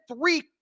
three